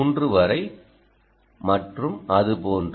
0 வரை மற்றும் அது போன்று